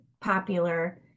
popular